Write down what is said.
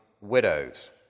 widows